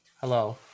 hello